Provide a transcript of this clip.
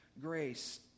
grace